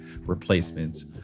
Replacements